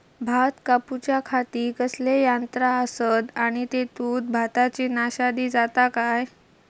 भात कापूच्या खाती कसले यांत्रा आसत आणि तेतुत भाताची नाशादी जाता काय?